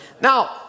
Now